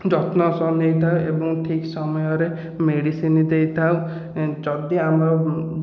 ଯତ୍ନର ସହ ନେଇଥାଏ ଏବଂ ଠିକ୍ ସମୟରେ ମେଡିସିନ୍ ଦେଇଥାଉ ଯଦି ଆମର